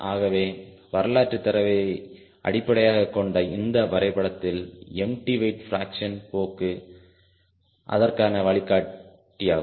ஆகவே வரலாற்றுத் தரவை அடிப்படையாகக் கொண்ட இந்த வரைபடத்தில் எம்டி வெயிட் பிராக்சன் போக்கு அதற்கான வழிகாட்டியாகும்